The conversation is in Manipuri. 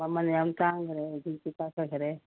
ꯃꯃꯟ ꯌꯥꯝ ꯇꯥꯡꯈꯔꯦ ꯍꯧꯖꯤꯛꯇꯤ ꯀꯥꯈꯠꯈꯔꯦ